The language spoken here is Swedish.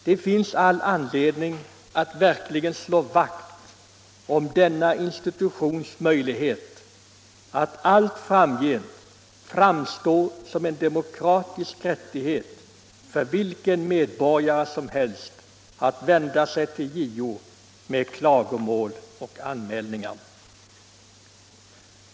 Det finns all anledning att verkligen slå vakt om denna institutions förutsättningar att allt framgent framstå som en demokratisk instans som vilken medborgare som helst har rätt att vända sig till med klagomål och anmälningar.